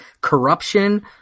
corruption